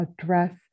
address